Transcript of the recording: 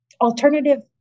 alternative